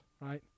right